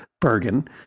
Bergen